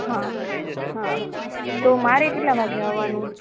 હા હા તો મારે કેટલા વાગે આવાનું